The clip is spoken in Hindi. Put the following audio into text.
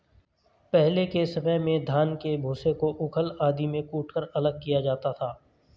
पहले के समय में धान के भूसे को ऊखल आदि में कूटकर अलग किया जाता था